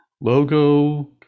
logo